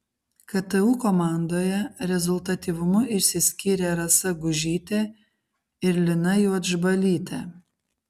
ktu komandoje rezultatyvumu išsiskyrė rasa gužytė ir lina juodžbalytė